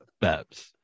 Babs